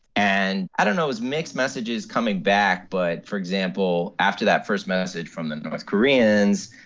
and i don't know it was mixed messages coming back. but, for example, after that first message from the north koreans,